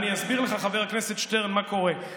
אני אסביר לך, חבר הכנסת שטרן, מה קורה.